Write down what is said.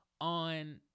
on